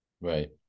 right